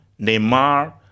Neymar